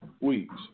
Weeks